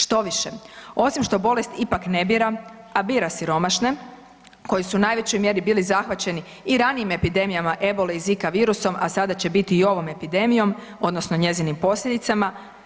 Štoviše, osim što bolest ipak ne bira, a bira siromašne koji su u najvećoj mjeri bili zahvaćeni i ranijim epidemijama ebole i zika virusom, a sada će biti i ovom epidemijom odnosno njezinim posljedicama.